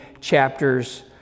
chapters